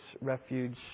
refuge